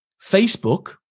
Facebook